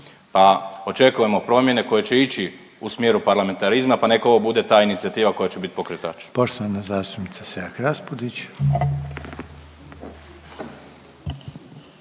Pa očekujemo promjene koje će ići u smjeru parlamentarizma pa onda neka ovo bude ta inicijativa koja će biti pokretač.